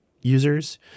users